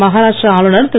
மஹாராஷ்டிரா ஆளுநர் திரு